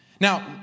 Now